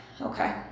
okay